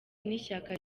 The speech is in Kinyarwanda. n’ishyaka